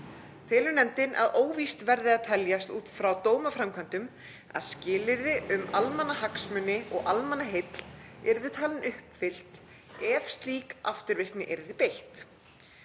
Telur nefndin að óvíst verði að teljast út frá dómafordæmum að skilyrði um almannahagsmuni og almannaheill yrðu talin uppfyllt ef slíkri afturvirkni yrði beitt.